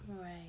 Right